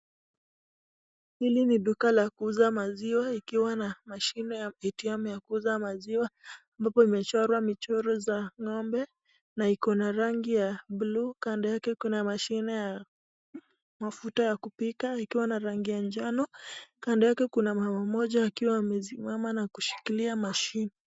Hili ni duka la kuuza maziwa ikiwa na mashine ya ATM ya kuuza maziwa ambapo imechorwa michoro za ng'ombe na iko na rangi ya bluu. Kando yake kuna mashine ya mafuta ya kupika ikiwa na rangi ya njano. Kando yake kuna mama mmoja akiwa amesimama na kushikilia mashine.